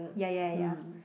ya ya ya